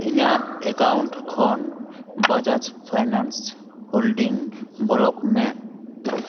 ᱤᱧᱟᱹᱜ ᱮᱠᱟᱣᱩᱱᱴ ᱠᱷᱚᱱ Bajaj finance holding block ᱢᱮ